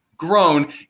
grown